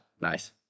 Nice